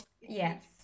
Yes